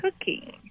cooking